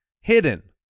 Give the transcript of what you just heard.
hidden